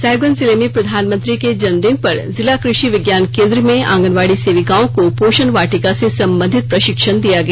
साहिबगंज जिले में प्रधानमंत्री के जन्म दिन पर जिला कृषि विज्ञान केन्द्र में आंगनवाड़ी सेविकाओं को पोषण वाटिका से संबंधित प्रशिक्षण दिया गया